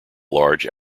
large